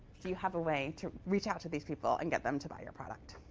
do you have a way to reach out to these people and get them to buy your product?